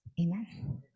Amen